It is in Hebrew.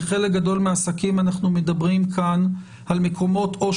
בחלק גדול מהעסקים אנחנו מדברים כאן על מקומות שאו